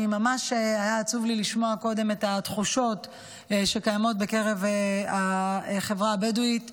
ממש היה לי עצוב לשמוע קודם את התחושות שקיימות בקרב החברה הבדואית.